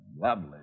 Lovely